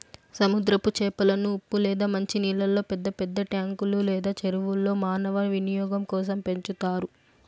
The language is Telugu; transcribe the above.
సముద్రపు చేపలను ఉప్పు లేదా మంచి నీళ్ళల్లో పెద్ద పెద్ద ట్యాంకులు లేదా చెరువుల్లో మానవ వినియోగం కోసం పెంచుతారు